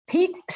Pete